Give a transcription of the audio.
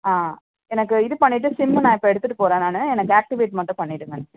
ஆ எனக்கு இது பண்ணிவிட்டு சிம்மு நான் இப்போ எடுத்துகிட்டு போகிறேன் நான் எனக்கு ஆக்ட்டிவேட் மட்டும் பண்ணிவிடுங்க நீங்கள்